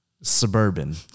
suburban